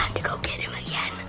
to go get him again.